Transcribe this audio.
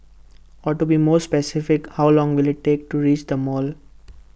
or to be more specific how long will IT take to reach the mall